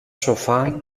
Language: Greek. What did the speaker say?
σοφά